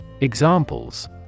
Examples